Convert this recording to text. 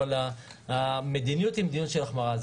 אבל המדיניות היא מדיניות של החמרה.